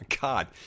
God